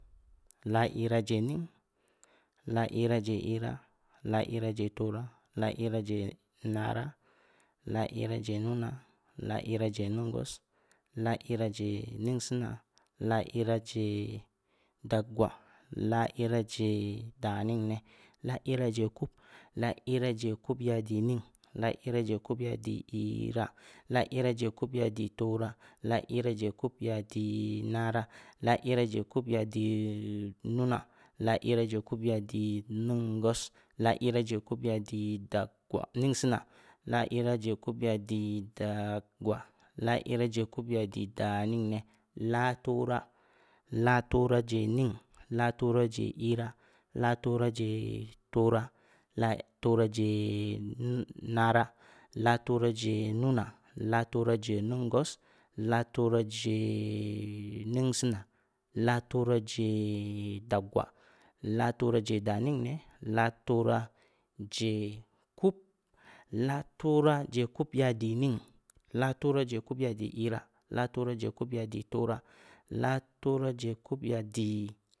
Laa iiraa je ning, laa iiraa je iira, laa iiraa je tooraa, laa iiraa je naraa, laa iiraa je nunaa, laa iiraa je nungwas, laa iiraa je ninsinaa, laa iiraa je dagwaa, laa iiraa je daningni, laa iiraa je kub, laa iiraa je kub ya di ning, laa iiraa je kub ya di iiraa, laa iiraa je kub ya di tooraa, laa iiraa je kub ya di naraa, laa iiraa je kub ya di nunaa, laa iiraa je kub ya di nungwas, laa iiraa je kub ya di ningsiinaa, laa iiraa je kub ya di daggwaa, laa iiraa je kub ya di daningne, laa tooraa, laa tooraa je ning, laa tooraa je iiraa, laa tooraa je tooraa, laa tooraa je naraa, laa tooraa je nunaa, laa tooraa je nungwas, laa tooraa je ningsiinaa, laa tooraa je daggwaa, laa tooraa je daningne, laa tooraa je kub, laa tooraa je kub ya di ning, laa tooraa je kub ya di iiraa, laa tooraa je kub ya di tooraa, laa tooraa je kub ya di